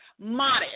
modest